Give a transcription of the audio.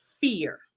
fear